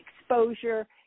exposure